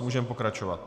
Můžeme pokračovat.